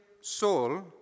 soul